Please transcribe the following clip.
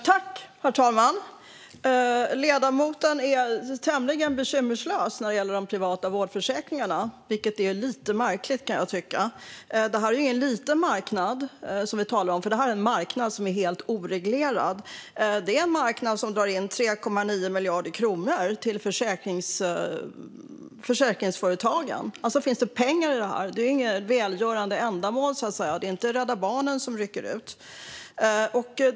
Herr talman! Ledamoten är tämligen bekymmerslös när det gäller de privata vårdförsäkringarna, vilket jag kan tycka är lite märkligt. Det är ingen liten marknad vi talar om, och det är en marknad som är helt oreglerad. Det är en marknad som drar in 3,9 miljarder kronor till försäkringsföretagen. Det finns alltså pengar i det här. Det är inget välgörande ändamål; det är inte Rädda Barnen som rycker ut.